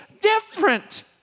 different